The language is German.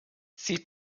sie